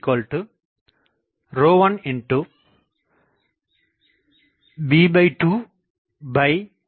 AB1b2b2